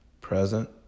Present